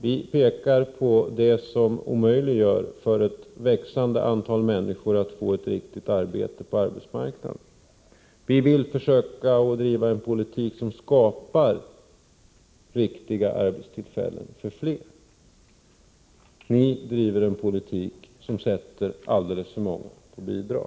Vi pekar på det som omöjliggör för ett växande antal människor att få ett riktigt arbete på arbetsmarknaden. Vi vill försöka driva en politik som skapar riktiga arbetstillfällen för flera. Ni däremot driver en politik som sätter alldeles för många på bidrag.